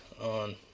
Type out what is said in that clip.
on